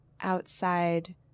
outside